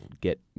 get